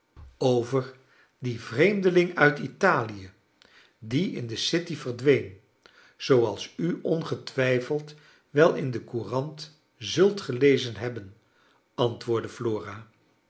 over dien vreemdeling uit italie die in de city verdween zooals u ongetwijfeld wel in de courant zult gelezen hebben antwoordde